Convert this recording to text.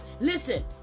Listen